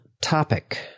topic